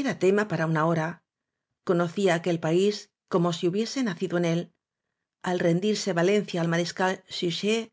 era tema para una hora conocía aquel país como si hubiese nacido en él al rendirse valencia al mariscal suchet